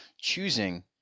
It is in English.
choosing